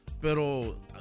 Pero